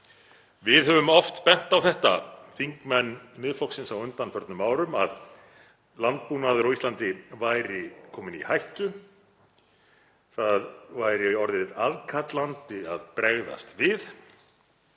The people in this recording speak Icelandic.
Við höfum oft bent á það, þingmenn Miðflokksins, á undanförnum árum að landbúnaður á Íslandi væri kominn í hættu, það væri orðið aðkallandi að bregðast við.